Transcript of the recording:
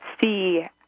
see